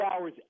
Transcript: hours